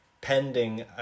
pending